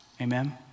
amen